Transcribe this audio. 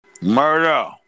Murder